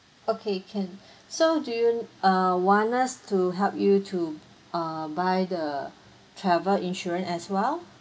okay can so do you err want us to help you to err buy the travel insurance as well